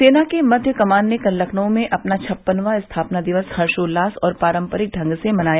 सेना के मध्य कमान ने कल लखनऊ में अपना छप्पनवां स्थापना दिवस हर्षोल्लास और पारम्परिक ढंग से मनाया